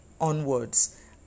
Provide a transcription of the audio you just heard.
onwards